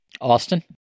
Austin